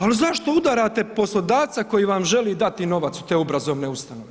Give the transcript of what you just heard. Ali zašto udarate poslodavca koji vam želi dati novac u te obrazovne ustanove?